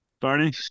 Barney